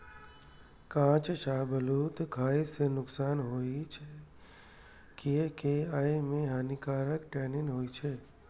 कांच शाहबलूत खाय सं नुकसान होइ छै, कियैकि अय मे हानिकारक टैनिन होइ छै